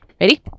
Ready